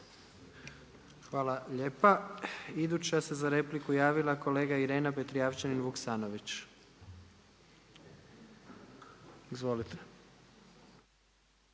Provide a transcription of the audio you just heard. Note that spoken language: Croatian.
Hvala lijepa. Iduća se za repliku javila kolegica Irena Petrijevčanin Vuksanović.